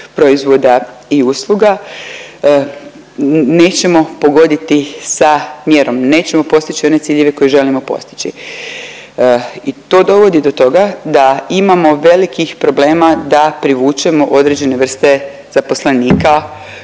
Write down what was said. proizvoda i usluga, nećemo pogoditi sa mjerom, nećemo postići one ciljeve koje želimo postići i to dovodi do toga da imamo velikih problema da privučemo određene vrste zaposlenika